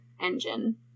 engine